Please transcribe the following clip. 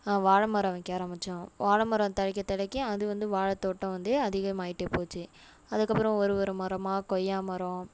வாழை மரம் வைக்க ஆரம்மித்தோம் வாழை மரம் தழைக்க தழைக்க அது வந்து வாழைத் தோட்டம் வந்து அதிகமாகிட்டே போச்சு அதுக்கப்புறம் ஒரு ஒரு மரமாக கொய்யா மரம்